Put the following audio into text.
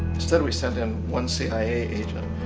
instead we sent in one cia agent,